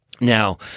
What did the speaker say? Now